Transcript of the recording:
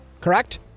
correct